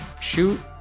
shoot